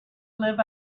live